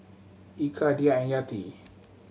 Eka Dhia and Yati